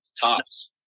tops